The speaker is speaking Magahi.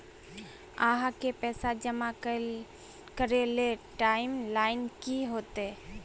आहाँ के पैसा जमा करे ले टाइम लाइन की होते?